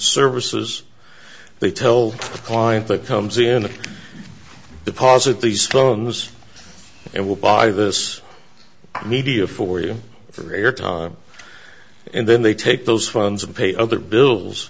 services they tell a client that comes in deposit these loans and will buy this media for you for your time and then they take those funds and pay other bills